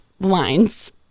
lines